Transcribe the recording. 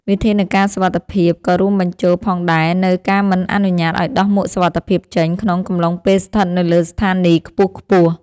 វិធានការសុវត្ថិភាពក៏រួមបញ្ចូលផងដែរនូវការមិនអនុញ្ញាតឱ្យដោះមួកសុវត្ថិភាពចេញ ក្នុងកំឡុងពេលស្ថិតនៅលើស្ថានីយខ្ពស់ៗ។